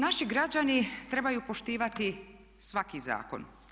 Naši građani trebaju poštivati svaki zakon.